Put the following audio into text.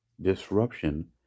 disruption